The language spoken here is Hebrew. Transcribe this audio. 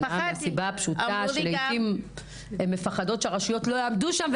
מהסיבה הפשוטה שלעיתים הם מפחדות שהרשויות לא יעמדו שם,